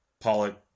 Pollock